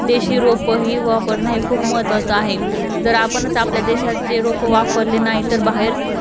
देशी रोपं ही वापरणे हे खूप महत्त्वाचं आहे जर आपणच आपल्या देशाचे रोपं वापरले नाही तर बाहेर